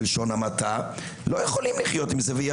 בלשון המעטה, לא יכולים לחיות עם זה.